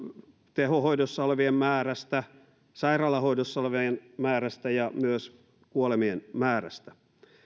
tehohoidossa olevien määrästä sairaalahoidossa olevien määrästä ja myös kuolemien määrästä